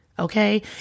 Okay